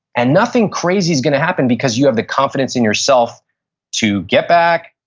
and nothing crazy is going to happen because you have the confidence in yourself to get back,